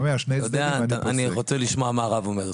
סליחה, אני רוצה לשמוע מה הרב אומר.